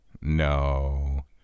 no